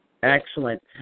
Excellent